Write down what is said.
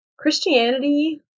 Christianity